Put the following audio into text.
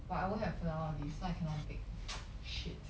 but I won't have flour all this so I cannot bake shit